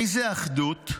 איזו אחדות?